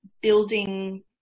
building